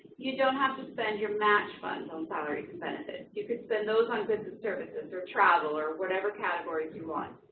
you don't have to spend your match funds on salaries and benefits, you could spend those on goods and services, or travel, or whatever categories you want.